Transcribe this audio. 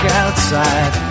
outside